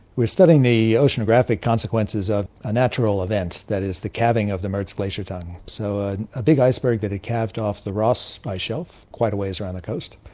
we are studying the oceanographic consequences of a natural event, that is the calving of the mertz glacier tongue. so ah a big iceberg that had calved off the ross iceshelf quite a ways off the coast,